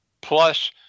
Plus